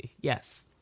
yes